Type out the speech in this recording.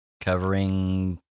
covering